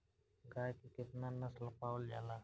गाय के केतना नस्ल पावल जाला?